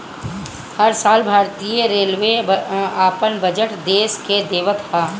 हर साल भारतीय रेलवे अपन बजट देस के देवत हअ